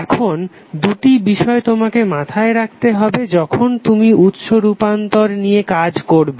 এখন দুটি বিষয় তোমাকে মাথায় রাখতে হবে যখন তুমি উৎস রূপান্তর নিয়ে কাজ করবে